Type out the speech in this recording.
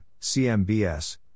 CMBS